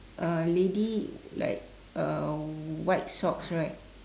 uh lady like uh white socks right